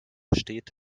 steht